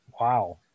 Wow